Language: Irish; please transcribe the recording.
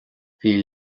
bhí